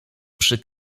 przy